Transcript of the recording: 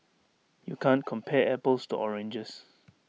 you can't compare apples to oranges